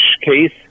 case